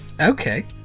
Okay